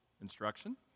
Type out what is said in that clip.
instruction